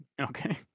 Okay